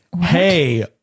Hey